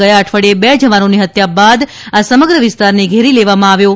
ગયા અઠવાડિયે બે જવાનોની હત્યા બાદ આ સમગ્ર વિસ્તારને ઘેરી લેવામાં આવ્યો છે